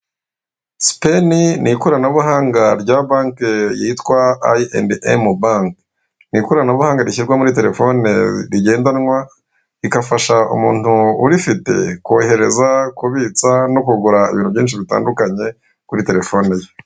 Sipeni n'ikoranabuhanga rya banki yitwa ayi endi emu banki, n'ikoranabuhanga rishyirwa muri terefone rigendanwa, rigafasha umuntu urifite kohereza, kubitsa no kugura ibintu byinshi bitandukanye kuri terefone ye.